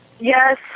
Yes